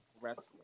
wrestling